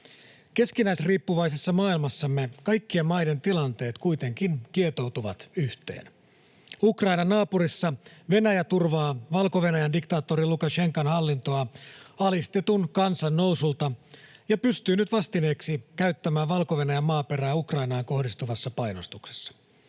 Keskinäisriippuvaisessa maailmassamme kaikkien maiden tilanteet kuitenkin kietoutuvat yhteen. Ukrainan naapurissa Venäjä turvaa Valko-Venäjän diktaattori Lukašenkan hallintoa alistetun kansan nousulta ja pystyy nyt vastineeksi käyttämään Valko-Venäjän maaperää Ukrainaan kohdistuvassa painostuksessa.